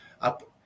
up